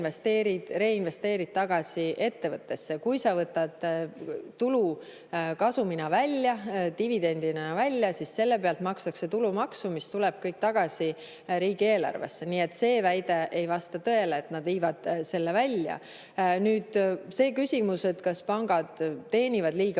reinvesteerid tagasi ettevõttesse. Kui sa võtad tulu kasumina välja, dividendina välja, siis selle pealt makstakse tulumaksu, mis tuleb kõik tagasi riigieelarvesse. Nii et see väide ei vasta tõele, et nad viivad selle välja. Nüüd see küsimus, kas pangad teenivad liiga